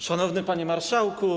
Szanowny Panie Marszałku!